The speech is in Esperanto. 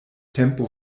tempo